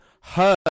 heard